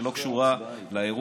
שלא קשורה לאירוע.